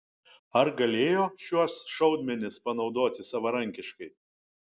ar galėjo šiuos šaudmenis panaudoti savarankiškai